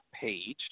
page